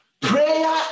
prayer